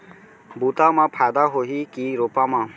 बुता म फायदा होही की रोपा म?